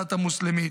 הדת המוסלמית.